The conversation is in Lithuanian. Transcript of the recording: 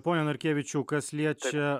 pone narkevičiau kas liečia